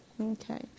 Okay